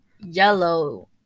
yellow